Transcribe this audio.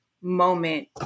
moment